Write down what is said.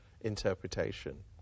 interpretation